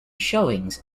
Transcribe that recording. showings